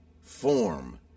form